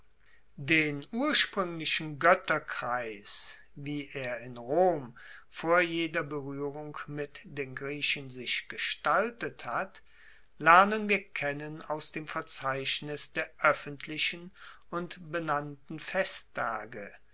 den urspruenglichen goetterkreis wie er in rom vor jeder beruehrung mit den griechen sich gestaltet hat lernen wir kennen aus dem verzeichnis der oeffentlichen und benannten festtage